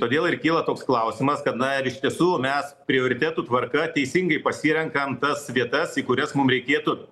todėl ir kyla toks klausimas kad na ir iš tiesų mes prioritetų tvarka teisingai pasirenkam tas vietas į kurias mum reikėtų